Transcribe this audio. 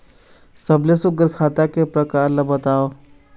सबले सुघ्घर खाता के प्रकार ला बताव?